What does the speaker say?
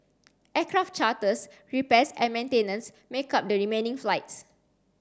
aircraft charters repairs and maintenance make up the remaining flights